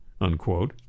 unquote